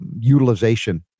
utilization